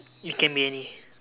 it can be any